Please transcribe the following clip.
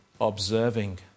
observing